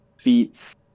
feats